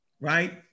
right